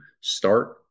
start